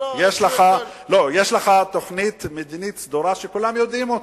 יש לך תוכנית מדינית סדורה שכולם יודעים אותה,